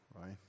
right